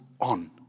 on